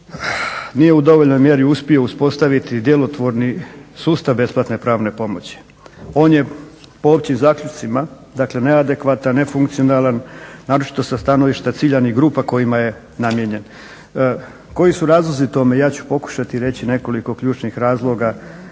nije u dovoljnoj mjeri uspio uspostaviti djelotvorni sustav besplatne pravne pomoći. On je po općim zaključcima neadekvatan, nefunkcionalan, naročito sa stanovišta ciljanih grupa kojima je namijenjen. Koji su razlozi tome? Ja ću pokušati reći nekoliko ključnih razloga